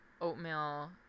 oatmeal